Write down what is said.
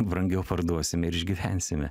brangiau parduosime ir išgyvensime